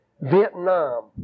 Vietnam